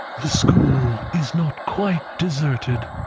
the school is not quite deserted,